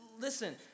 Listen